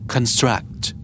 Construct